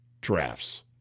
drafts